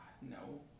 no